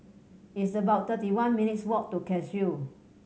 it's about thirty one minutes' walk to Cashew